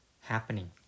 happening